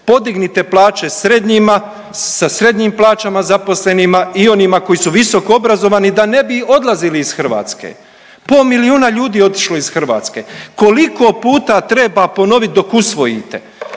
podignite plaće srednjima, sa srednjim plaćama zaposlenima i onima koji su visoko obrazovani da ne bi odlazili iz Hrvatske, po milijuna ljudi je otišlo iz Hrvatske. Koliko puta treba ponovit dok usvojite,